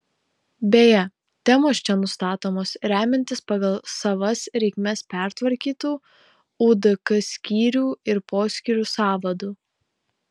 beje temos čia nustatomos remiantis pagal savas reikmes pertvarkytu udk skyrių ir poskyrių sąvadu